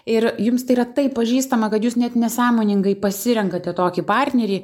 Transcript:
ir jums tai yra taip pažįstama kad jūs net nesąmoningai pasirenkate tokį partnerį